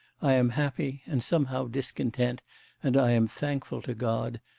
i am happy, and somehow discontent and i am thankful to god,